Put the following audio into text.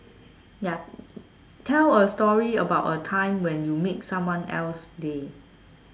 ya tell a story about a time when you made someone else day